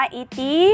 iti